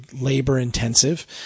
labor-intensive